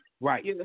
Right